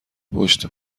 پشت